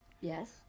Yes